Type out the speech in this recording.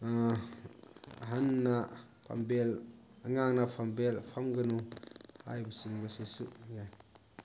ꯑꯍꯟꯅ ꯐꯝꯕꯦꯜ ꯑꯉꯥꯡꯅ ꯐꯝꯕꯦꯜ ꯐꯝꯒꯅꯨ ꯍꯥꯏꯕ ꯆꯤꯡꯕꯁꯤꯁꯨ ꯌꯥꯏ